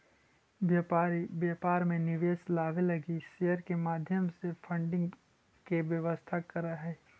व्यापारी व्यापार में निवेश लावे लगी शेयर के माध्यम से फंडिंग के व्यवस्था करऽ हई